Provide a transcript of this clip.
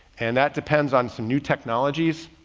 and that depends on some new technologies.